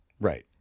Right